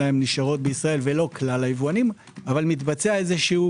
שלהם נשארות בישראל ולא כלל היבואנים אך מתבצע הליך